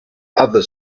other